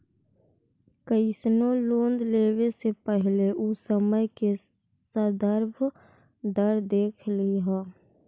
कइसनो लोन लेवे से पहिले उ समय के संदर्भ दर देख लिहऽ